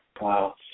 Wow